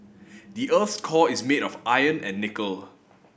the earth's core is made of iron and nickel